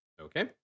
Okay